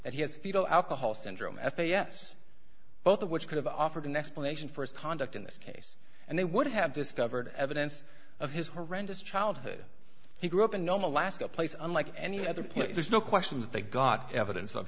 that he has fetal alcohol syndrome f a s both of which could have offered an explanation for his conduct in this case and they would have discovered evidence of his horrendous childhood he grew up in nome alaska place unlike any other place there's no question that they got evidence of